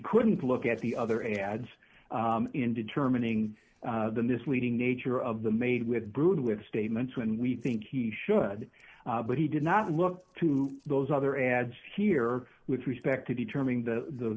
couldn't look at the other ads in determining the misleading nature of the made with brood with statements when we think he should but he did not look to those other ads here with respect to determine the